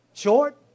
short